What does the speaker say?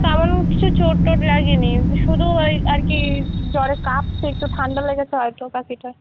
তেমন কিছু চোট টোট লাগেনি শুধু ওই আর কি জ্বরে কাঁপছে একটু ঠান্ডা লেগেছে হয়তো পাখিটার